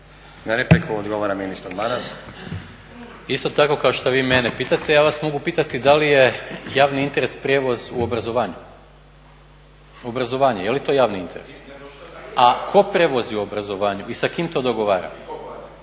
Na repliku odgovara ministar Maras. **Maras, Gordan (SDP)** Isto tako kao što vi mene pitate ja vas mogu pitati da li je javni interes prijevoz u obrazovanju? Je li to javni interes? A tko prijevozi u obrazovanju i sa kim to dogovaramo?